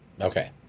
Okay